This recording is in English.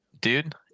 dude